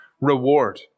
reward